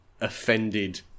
offended